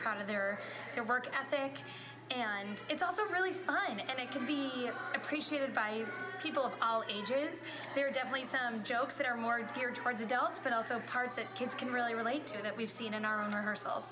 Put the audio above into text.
proud of their their work ethic and it's also really fun and it can be appreciated by people of all ages there are definitely some jokes that are more geared towards adults but also parts that kids can really relate to that we've seen in our own herself